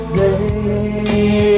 day